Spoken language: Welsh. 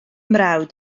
mrawd